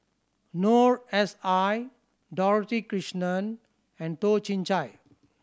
Noor S I Dorothy Krishnan and Toh Chin Chye